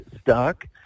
stock